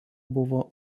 buvo